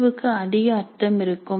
தேர்வுக்கு அதிக அர்த்தம் இருக்கும்